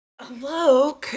Hello